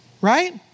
Right